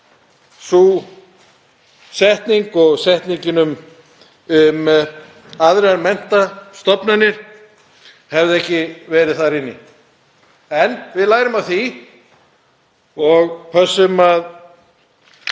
sú setning og setningin um aðrar menntastofnanir hefðu ekki verið þar inni. En við lærum af því og pössum að